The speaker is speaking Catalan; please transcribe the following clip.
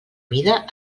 mida